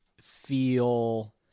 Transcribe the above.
feel